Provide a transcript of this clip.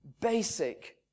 basic